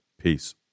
Peace